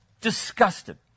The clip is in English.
Disgusted